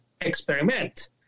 experiment